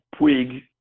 Puig